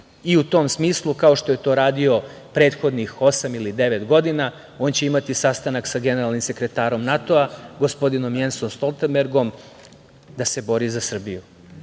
tom smislu, kao što je to radio prethodnih osam ili devet godina, on će imati sastanak sa generalnim sekretarom NATO, gospodinom Jensom Stoltenbergom, da se bori za Srbiju,